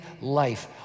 Life